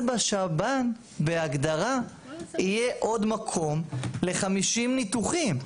בשב"ן בהגדרה יהיה עוד מקום ל-50 ניתוחים.